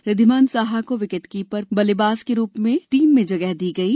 ऋधिमान साहा को विकेटकीपर बल्लेबाज के रूप में टीम में जगह दी गई है